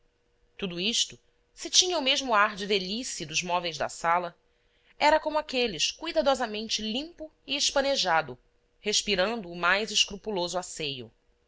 tudo isto se tinha o mesmo ar de velhice dos móveis da sala era como aqueles cuidadosamente limpo e espanejado respirando o mais escrupuloso asseio